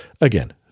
again